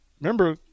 remember